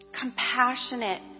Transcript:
compassionate